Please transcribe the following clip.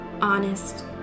honest